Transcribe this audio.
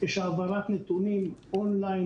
יש העברת נתונים און ליין,